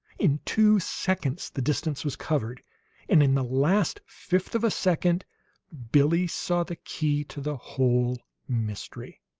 in two seconds the distance was covered, and in the last fifth of a second billie saw the key to the whole mystery.